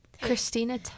Christina